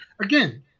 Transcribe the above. Again